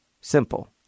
Simple